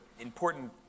important